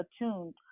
attuned